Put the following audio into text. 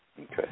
Okay